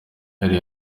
yari